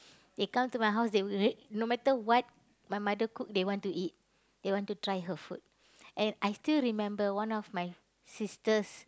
they come to my house they will r~ no matter what my mother cook they want to eat they want to try her food and I still remember one of my sister's